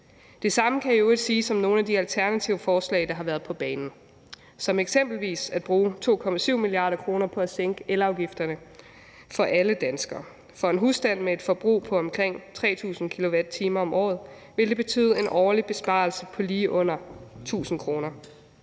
Det samme kan i øvrigt siges om nogle af de alternative forslag, der har været på banen, som eksempelvis at bruge 2,7 mia. kr. på at sænke elafgifterne for alle danskere. For en husstand med et forbrug på omkring 3.000 kWh om året ville det betyde en årlig besparelse på lige under 1.000 kr.